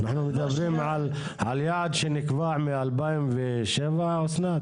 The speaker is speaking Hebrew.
אנחנו מדברים על יעד שנקבע מ-2007 אסנת?